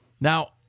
Now